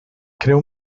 creu